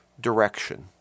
direction